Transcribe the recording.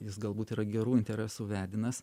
jis galbūt yra gerų interesų vedinas